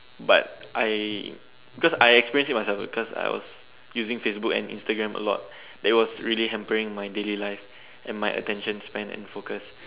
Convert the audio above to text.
but I because I experience it myself because I was using Facebook and Instagram a lot that it was really hampering my daily life and my attention span and focus